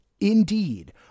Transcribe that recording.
Indeed